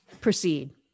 proceed